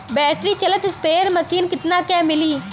Battery चलत sprayer machine कितना क मिली?